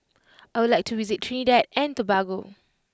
I would like to visit Trinidad and Tobago